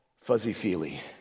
fuzzy-feely